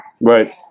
Right